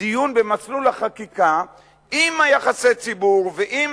דיון במסלול החקיקה עם יחסי הציבור ועם